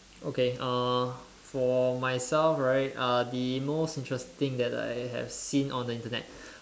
okay uh for myself right uh the most interesting that I have seen on the Internet